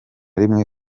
rimwe